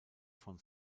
von